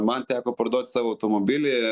man teko parduot savo automobilį